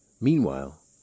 Meanwhile